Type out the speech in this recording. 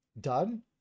done